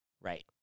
Right